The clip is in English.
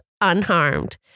unharmed